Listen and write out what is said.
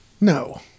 No